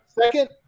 Second